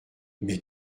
mais